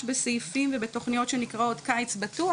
בסעיפים ובתוכניות שנקראות "קיץ בטוח",